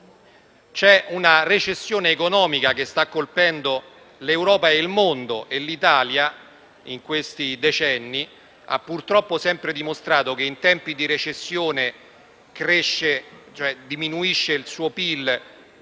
fase di recessione economica che sta colpendo l'Europa e il mondo, e l'Italia in questi decenni ha purtroppo sempre dimostrato che in tempi di recessione il suo PIL